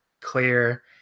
clear